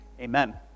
amen